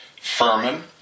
Furman